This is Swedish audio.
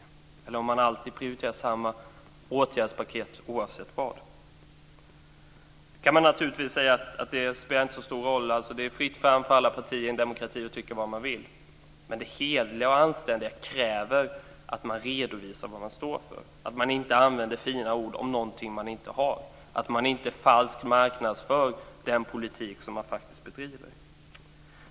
Eller är det så att man alltid prioriterar samma åtgärdspaket oavsett vad det gäller? Man kan naturligtvis säga att det inte spelar så stor roll. Det är fritt fram för alla partier i en demokrati att tycka vad man vill. Men det hederliga och anständiga kräver att man redovisar vad man står för, att man inte använder fina ord om någonting som man inte har, att man inte falskt marknadsför den politik som man faktiskt bedriver.